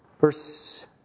Verse